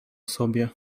sobie